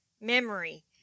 memory